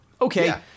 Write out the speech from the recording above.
Okay